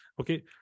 okay